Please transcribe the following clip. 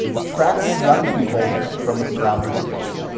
attracting young people from the surrounding states.